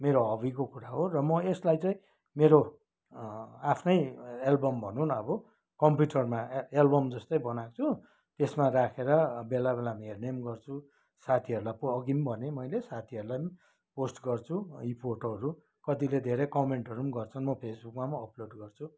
मेरो हबीको कुरा हो र म यसलाई चाहिँ मेरो आफ्नै एल्बम भनौँ न अब कम्प्युटरमा ए एल्बम जस्तै बनाएको छु त्यसमा राखेर बेला बेलामा हेर्ने पनि गर्छु साथीहरूलाई अघि पनि भने मैले साथीहरूलाई पनि पोस्ट गर्छु यी फोटोहरू कतिले धेरै कमेन्टहरू पनि गर्छन् म फेसबुकमा पनि अपलोड गर्छु र